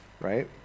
Right